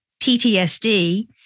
PTSD